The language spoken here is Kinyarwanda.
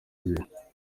gihe